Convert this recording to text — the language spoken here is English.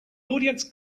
audience